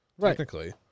Technically